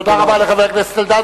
תודה רבה לחבר הכנסת אלדד.